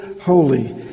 Holy